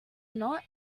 not